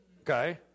Okay